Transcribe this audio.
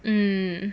mm